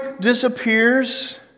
disappears